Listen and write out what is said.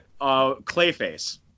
clayface